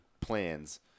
plans